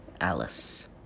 Alice